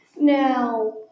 Now